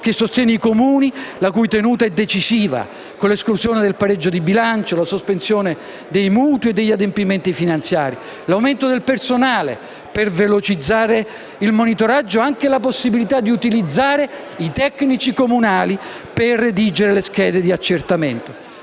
che sostiene i Comuni e la cui tenuta è decisiva, con l'esclusione del pareggio di bilancio, la sospensione dei mutui e degli adempimenti finanziari, l'aumento del personale, per velocizzare il monitoraggio e anche la possibilità di utilizzare i tecnici comunali per redigere le schede di accertamento.